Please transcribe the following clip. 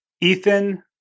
Ethan